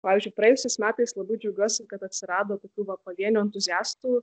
pavyzdžiui praėjusiais metais labai džiaugiuosi kad atsirado tokių va pavienių entuziastų